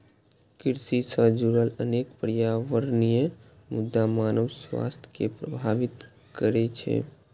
कृषि सं जुड़ल अनेक पर्यावरणीय मुद्दा मानव स्वास्थ्य कें प्रभावित करै छै